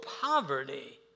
poverty